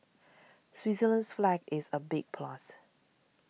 Switzerland's flag is a big plus